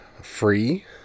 free